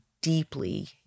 deeply